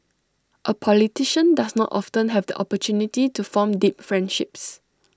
A politician does not often have the opportunity to form deep friendships